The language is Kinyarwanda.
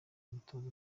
umutoza